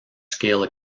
scale